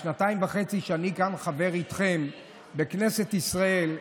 בשנתיים וחצי שאני כאן חבר איתכם בכנסת ישראל,